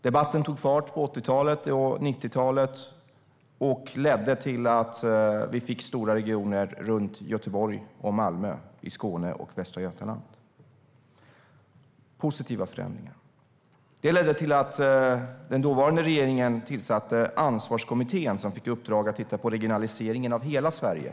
Debatten tog fart under 80 och 90talen och ledde till att vi fick stora regioner runt Göteborg och Malmö - Västra Götaland och Skåne. Dessa positiva förändringar ledde till att den dåvarande regeringen tillsatte Ansvarskommittén, som fick i uppdrag att titta på regionaliseringen av hela Sverige.